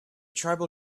tribal